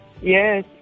Yes